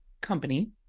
company